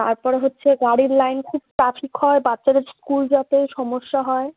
তারপরে হচ্ছে গাড়ির লাইন খুব ট্রাফিক হয় বাচ্চারা স্কুল যেতে সমস্যা হয়